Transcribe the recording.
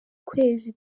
kwezi